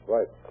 Right